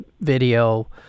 video